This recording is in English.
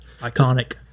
iconic